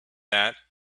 that